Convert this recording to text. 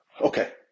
Okay